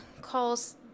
calls